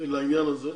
לעניין הזה,